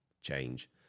change